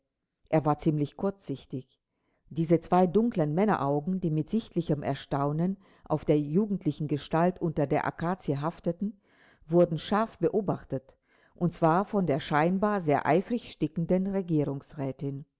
er war ziemlich kurzsichtig diese zwei dunklen männeraugen die mit sichtlichem erstaunen auf der jugendlichen gestalt unter der akazie hafteten wurden scharf beobachtet und zwar von der scheinbar sehr eifrig stickenden